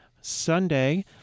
Sunday